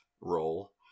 role